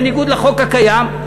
בניגוד לחוק הקיים,